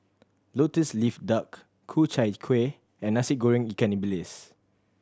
Lotus Leaf Duck Ku Chai Kuih and Nasi Goreng ikan bilis